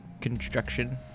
construction